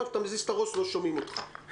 מה שניצן הורוביץ אמר